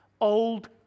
Old